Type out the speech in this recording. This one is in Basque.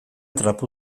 trapu